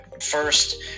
First